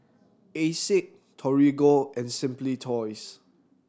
Asics Torigo and Simply Toys